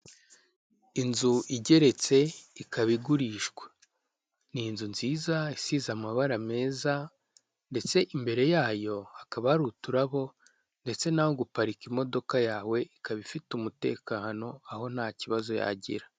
Inzu igeretse ikaba igurishwa ni inzu nziza isize amabara meza, ndetse imbere yayo hakaba hari uturabo ndetse n'aho guparika imodoka yawe, ikaba ifite umutekano aho nta kibazo yagira.